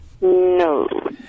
No